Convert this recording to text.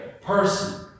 person